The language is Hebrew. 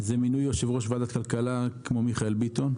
זה מינוי יושב-ראש ועדת כלכלה כמו מיכאל בטון.